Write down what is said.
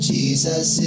Jesus